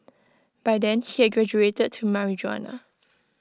by then he had graduated to marijuana